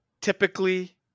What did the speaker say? Typically